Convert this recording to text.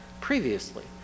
Previously